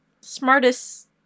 Smartest